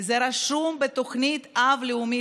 וזה רשום בתוכנית האב הלאומית,